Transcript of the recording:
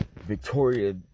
Victoria